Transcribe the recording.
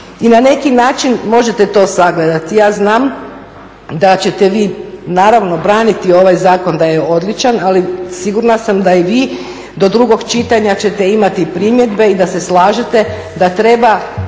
i na neki način možete to sagledati. Ja znam da ćete vi naravno braniti ovaj zakon da je odličan ali sigurna sam da i vi do drugog čitanja ćete imati primjedbe i da se slažete da treba